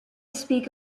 speak